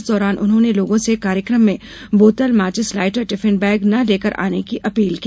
इस दौरान उन्होंने लोगों से कार्यक्रम में बोतल माचिस लाइटर टिफिन बैंग न लेकर आने की अपील की